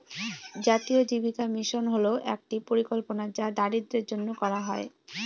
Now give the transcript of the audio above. জাতীয় জীবিকা মিশন হল একটি পরিকল্পনা যা দরিদ্রদের জন্য করা হয়